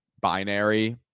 binary